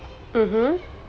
mmhmm